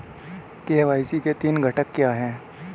KYC के तीन घटक क्या हैं?